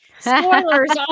spoilers